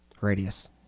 Radius